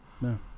No